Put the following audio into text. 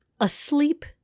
asleep